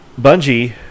Bungie